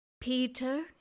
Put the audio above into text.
Peter